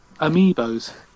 Amiibos